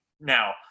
now